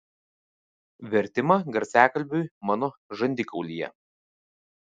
vertimą garsiakalbiui mano žandikaulyje